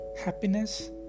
happiness